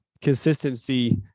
consistency